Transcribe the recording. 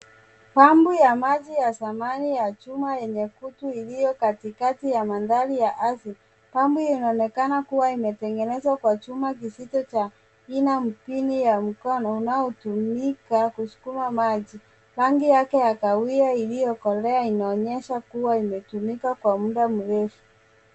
Pampu ya maji ya zamani ya chuma yenye kutu iliyo katikati ya mandhari ya ardhi. Pampu hiyo inaonekana kuwa imetengenezwa kwa chuma kizito cha pinda mpini ya mkono unaotumika kusukuma maji. Rangi yake ya kahawia iliyokolea inaonyesha kuwa imetumika kwa muda mrefu.